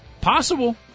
Possible